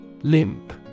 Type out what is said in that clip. Limp